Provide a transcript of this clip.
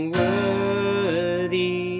worthy